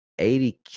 80K